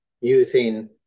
using